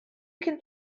cyn